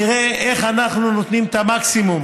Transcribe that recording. נראה איך אנחנו נותנים את המקסימום,